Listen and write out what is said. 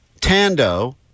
Tando